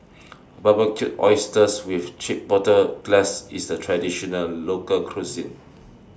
Barbecued Oysters with Chipotle Glaze IS A Traditional Local Cuisine